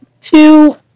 two